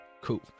Cool